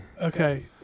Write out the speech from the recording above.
Okay